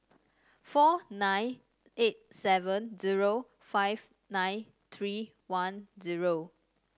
four nine eight seven zero five nine tree one zero